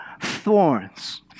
thorns